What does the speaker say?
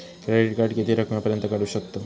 Credit card किती रकमेपर्यंत काढू शकतव?